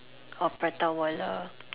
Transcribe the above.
or Prata-Wala